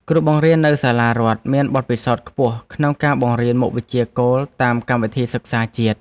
គ្រូបង្រៀននៅសាលារដ្ឋមានបទពិសោធន៍ខ្ពស់ក្នុងការបង្រៀនមុខវិជ្ជាគោលតាមកម្មវិធីសិក្សាជាតិ។